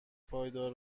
پایدار